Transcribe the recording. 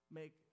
make